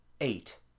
Eight